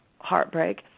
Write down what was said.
heartbreak